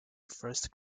first